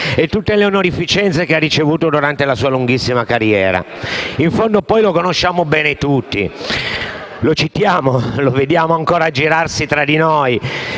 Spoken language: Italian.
e tutte le onorificenze che ha ricevuto durante la sua lunghissima carriera. In fondo poi lo conosciamo bene tutti, lo citiamo, lo vediamo ancora aggirarsi tra noi,